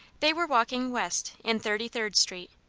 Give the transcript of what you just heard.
they were walking west in thirty-third street,